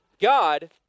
God